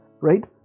right